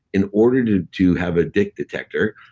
in order to to have a dick detector,